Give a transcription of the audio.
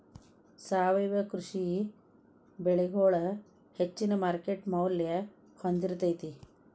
ಸಾವಯವ ಕೃಷಿ ಬೆಳಿಗೊಳ ಹೆಚ್ಚಿನ ಮಾರ್ಕೇಟ್ ಮೌಲ್ಯ ಹೊಂದಿರತೈತಿ